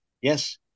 Yes